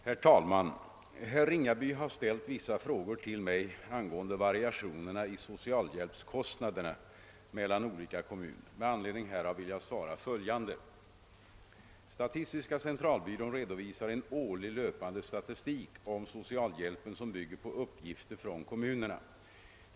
Herr talman! Herr Ringaby har ställt vissa frågor till mig angående variationerna i socialhjälpskostnader mellan olika kommuner. Med anledning härav vill jag svara följande. Statistiska centralbyrån redovisar en årlig löpande statistik om socialhjälpen som bygger på uppgifter från kommunerna.